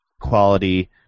quality